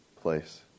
place